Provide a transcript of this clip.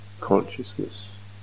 consciousness